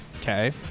Okay